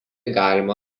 galima